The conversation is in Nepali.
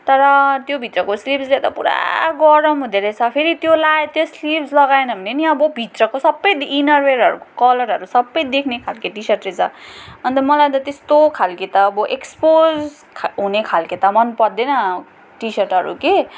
तर त्यो भित्रको स्लिभ्सले त पुरा गरम हुँदो रहेछ फेरि त्यो लगाएँ त्यो स्लिभ्स लगाएन भने नि अब भित्रको सबै इनरवेरहरूको कलरहरू सबै दैख्ने खालके टिसर्ट रहेछ अन्त मलाई त त्यस्तो खालके त अब एक्सपोज हुने खालके त मनपर्दैन टिसर्टहरू कि